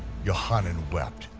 yochanan wept,